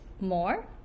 more